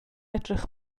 edrych